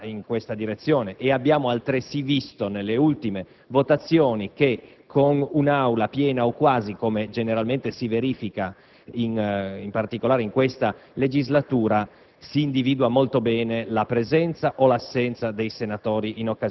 insegna che non vi è stato alcun miglioramento in questa direzione. Abbiamo altresì visto, nelle ultime votazioni, che, con un'Aula piena o quasi, come generalmente si verifica in particolare in questa legislatura,